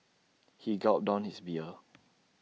he gulped down his beer